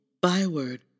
Byword